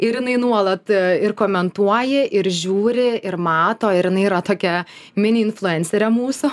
ir jinai nuolat ir komentuoja ir žiūri ir mato ir jinai yra tokia mini influencerė mūsų